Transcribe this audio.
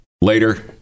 later